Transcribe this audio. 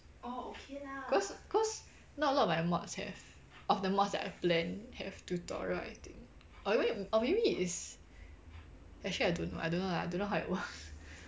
cause cause not a lot of my mods have of the mods that I plan have tutorial I think or even or maybe is actually I don't know I don't know lah I don't know how it works